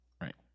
Right